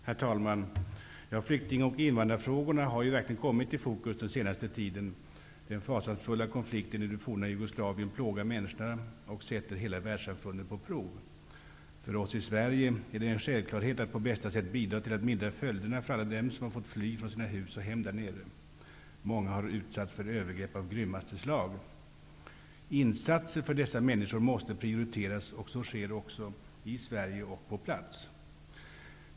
Herr talman! Flykting och invandrarfrågor har verkligen kommit i fokus den senaste tiden. Den fasansfulla konflikten i det forna Jugoslavien plå gar människorna och sätter hela världssamfundet på prov. För oss i Sverige är det en självklarhet att på bästa sätt bidra till att mildra följderna för alla dem som fått fly från sina hus och hem därnere. Många har utsatts för övergrepp av grymmaste slag. Insatser för dessa människor måste priorite ras, och så sker också, i Sverige och på plats.